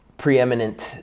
preeminent